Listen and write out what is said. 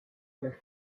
los